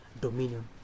dominion